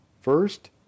First